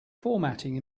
formatting